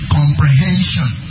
comprehension